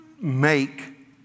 make